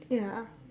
ya